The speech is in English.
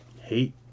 hate